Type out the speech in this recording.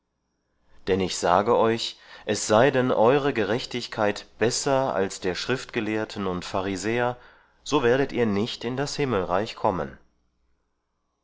denn ich sage euch es sei denn eure gerechtigkeit besser als der schriftgelehrten und pharisäer so werdet ihr nicht in das himmelreich kommen